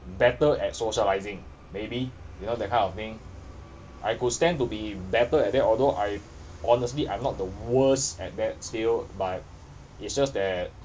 better at socialising maybe you know that kind of thing I could stand to be better at that although I honestly I'm not the worst at that skill but it's just that